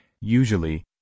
Usually